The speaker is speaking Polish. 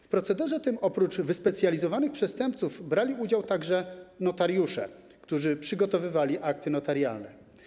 W procederze tym oprócz wyspecjalizowanych przestępców brali udział notariusze, którzy przygotowywali akty notarialne.